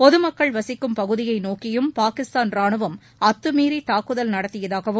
பொது மக்கள் வசிக்கும் பகுதியை நோக்கியும் பாகிஸ்தான் ராணுவம் அத்துமீறி தாக்குதல் நடத்தியதாகவும்